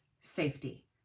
safety